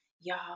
y'all